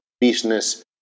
business